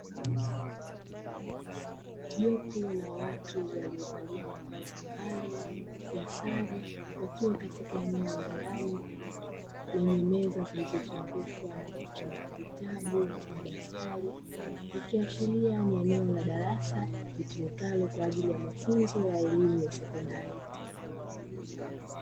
Jopo la watu waliovalia mavazi maalumu ya sare, wakiwa katika eneo la ndani lenye meza zilizozungukwa na vitabu, madaftari ikiashiria ni eneo la darasa litumikalo kwa ajili ya mafunzo ya elimu ya sekondari.